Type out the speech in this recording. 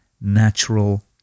natural